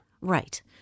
Right